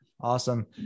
awesome